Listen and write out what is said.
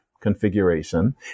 configuration